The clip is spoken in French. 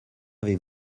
avez